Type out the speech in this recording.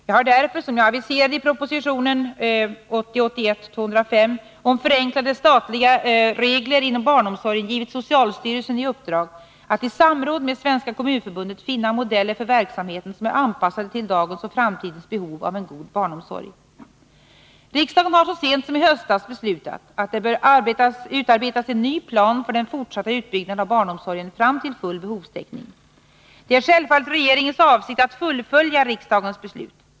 Jag har därför, som jag aviserade i propositionen om förenklade statliga regler inom barnomsorgen, givit socialstyrelsen i uppdrag att i samråd med Svenska kommunförbundet finna modeller för verksamheten som är anpassade till dagens och framtidens behov av en god barnomsorg. Riksdagen har så sent som i höstas beslutat att det bör utarbetas en ny plan för den fortsatta utbyggnaden av barnomsorgen fram till full behovstäckning. Det är självfallet regeringens avsikt att fullfölja riksdagens beslut.